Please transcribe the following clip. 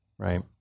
right